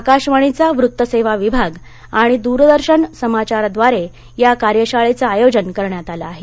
आकाशवाणीचा वृत्त सेवा विभाग आणि दुरदर्शन समाचारद्वारे या कार्यशाळेचं आयोजन करण्यात आलं आहे